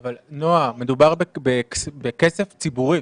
נועה, מדובר בכסף ציבורי.